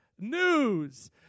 news